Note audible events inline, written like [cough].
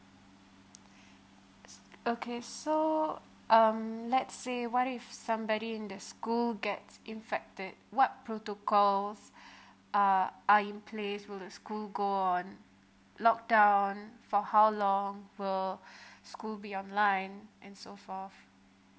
[breath] okay so um let's say what if somebody in the school get infected what protocols [breath] uh are in place will the school go on lock down for how long will [breath] school be online and so forth